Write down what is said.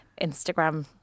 Instagram